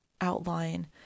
outline